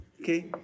okay